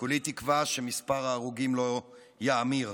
כולי תקווה שמספר ההרוגים לא יאמיר.